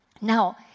Now